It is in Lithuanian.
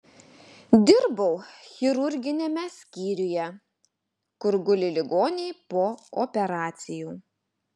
dirbau chirurginiame skyriuje kur guli ligoniai po operacijų